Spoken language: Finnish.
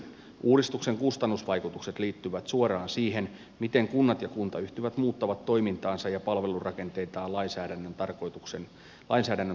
uudistuksen kustannusvaikutukset liittyvät suoraan siihen miten kunnat ja kuntayhtymät muuttavat toimintaansa ja palvelurakenteitaan lainsäädännön tarkoituksen mukaisiksi